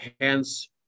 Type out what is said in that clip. Hence